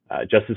Justice